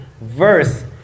verse